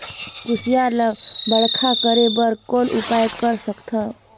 कुसियार ल बड़खा करे बर कौन उपाय कर सकथव?